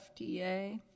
FDA